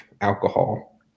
alcohol